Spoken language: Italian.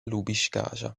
lubiskaja